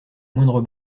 moindre